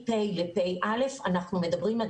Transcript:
מתש"פ לתשפ"א אנחנו מדברים,